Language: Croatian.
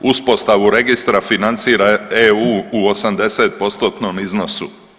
Uspostavu registra financira EU u 80% iznosu.